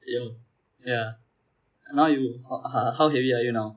oh ya now you h~ ho~ how heavy are you now